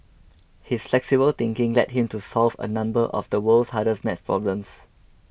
his flexible thinking led him to solve a number of the world's hardest math problems